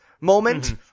moment